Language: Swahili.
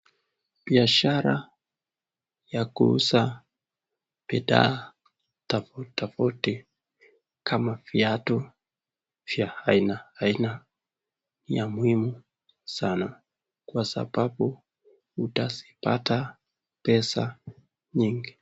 Biashara ya kuuza bidhaa tofuati tofauti kama viatu vya aina aina ni ya muhimu sana kwa sababu utazipata pesa nyingi.